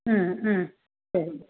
ம் ம் சரிங்க